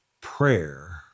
Prayer